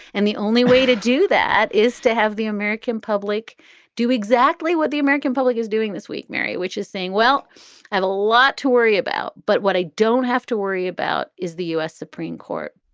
and the only way to do that is to have the american public do exactly exactly what the american public is doing this week, mary, which is saying, well, i have a lot to worry about, but what i don't have to worry about is the u s. supreme court